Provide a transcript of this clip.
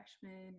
freshman